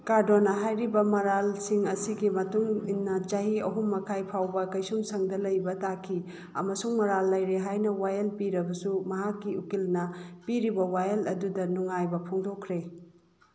ꯀꯥꯔꯗꯣꯅ ꯍꯥꯏꯔꯤꯕ ꯃꯔꯥꯜꯁꯤꯡ ꯑꯁꯤꯒꯤ ꯃꯇꯨꯡꯏꯟꯅ ꯆꯍꯤ ꯑꯍꯨꯝ ꯃꯈꯥꯏ ꯐꯥꯎꯕ ꯀꯩꯁꯨꯝ ꯁꯪꯗ ꯂꯩꯕ ꯇꯥꯈꯤ ꯑꯃꯁꯨꯡ ꯃꯔꯥꯜ ꯂꯩꯔꯦ ꯍꯥꯏꯅ ꯋꯥꯌꯦꯜ ꯄꯤꯔꯕꯁꯨ ꯃꯍꯥꯛꯀꯤ ꯎꯀꯤꯜꯅ ꯄꯤꯔꯤꯕ ꯋꯥꯌꯦꯜ ꯑꯗꯨꯗ ꯅꯨꯡꯉꯥꯏꯕ ꯐꯣꯡꯗꯣꯛꯈ꯭ꯔꯦ